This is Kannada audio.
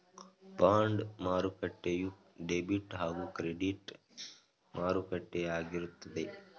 ಬಾಂಡ್ ಮಾರುಕಟ್ಟೆಯು ಡೆಬಿಟ್ ಹಾಗೂ ಕ್ರೆಡಿಟ್ ಮಾರುಕಟ್ಟೆಯು ಆಗಿರುತ್ತದೆ